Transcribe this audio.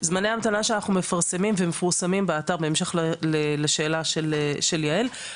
זמני המתנה שאנחנו מפרסמים ומפורסמים באתר בהמשך לשאלה של יעל,